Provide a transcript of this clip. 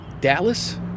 Dallas